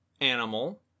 animal